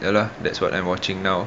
ya lah that's what I'm watching now